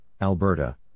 Alberta